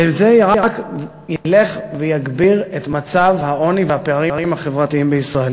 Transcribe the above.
וזה רק ילך ויגביר את העוני ואת הפערים החברתיים בישראל.